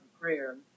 prayer